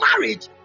marriage